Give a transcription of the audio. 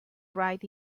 right